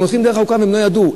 הם הולכים דרך ארוכה, והם לא ידעו.